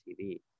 TV